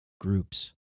groups